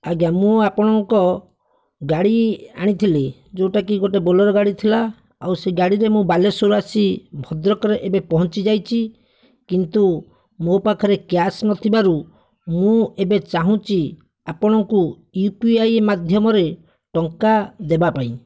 ଆଜ୍ଞା ମୁଁ ଆପଣଙ୍କ ଗାଡ଼ି ଆଣିଥିଲି ଯେଉଁଟାକି ଗୋଟେ ବୋଲେରୋ ଗାଡ଼ି ଥିଲା ଆଉ ସେ ଗାଡ଼ିରେ ମୁଁ ବାଲେଶ୍ଵର ଆସି ଭଦ୍ରକରେ ଏବେ ପହଞ୍ଚିଯାଇଛି କିନ୍ତୁ ମୋ ପାଖରେ କ୍ୟାସ୍ ନଥିବାରୁ ମୁଁ ଏବେ ଚାହୁଁଛି ଆପଣଙ୍କୁ ୟୁ ପି ଆଇ ମାଧ୍ୟମରେ ଟଙ୍କା ଦେବା ପାଇଁ